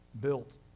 built